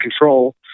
control